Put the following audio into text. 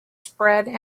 spread